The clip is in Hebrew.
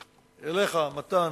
אליך, מתן,